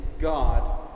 God